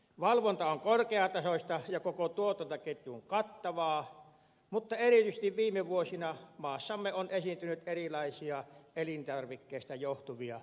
valvonta on korkeatasoista ja koko tuotantoketjun kattavaa mutta erityisesti viime vuosina maassamme on esiintynyt erilaisia elintarvikkeista johtuvia epidemioita